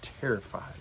terrified